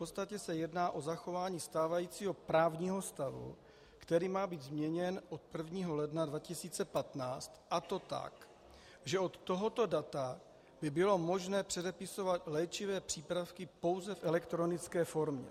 V podstatě se jedná o zachování stávajícího právního stavu, který má být změněn od 1. ledna 2015, a to tak, že od tohoto data by bylo možné předepisovat léčivé přípravky pouze v elektronické formě.